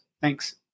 Thanks